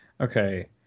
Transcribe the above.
Okay